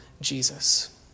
Jesus